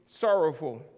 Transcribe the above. sorrowful